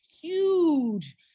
huge